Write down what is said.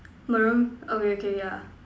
maroon okay K ya